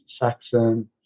Saxon